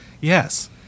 yes